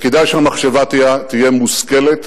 וכדאי שהמחשבה תהיה מושכלת,